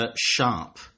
Sharp